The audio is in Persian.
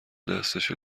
دستشو